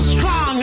Strong